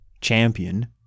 champion